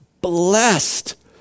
blessed